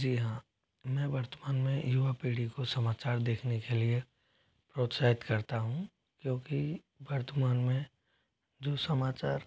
जी हाँ मैं वर्तमान में युवा पीढ़ी को समाचार देखने के लिए प्रोत्साहित करता हूँ क्योंकि वर्तमान में जो समाचार